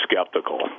skeptical